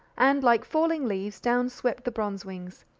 and, like falling leaves, down swept the bronze-wings.